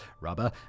rubber